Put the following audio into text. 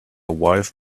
wife